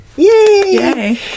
Yay